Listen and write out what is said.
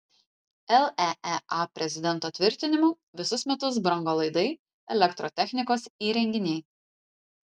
leea prezidento tvirtinimu visus metus brango laidai elektrotechnikos įrenginiai